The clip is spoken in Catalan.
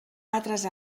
altres